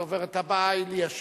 הדוברת הבאה היא ליה שמטוב,